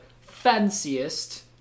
fanciest